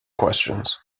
questions